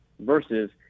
versus